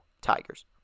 Tigers